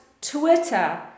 Twitter